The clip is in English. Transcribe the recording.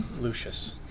Lucius